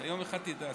אתה יום אחד תדע.